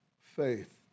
Faith